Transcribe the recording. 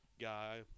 guy